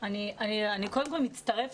אני קודם כל מצטרפת.